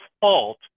fault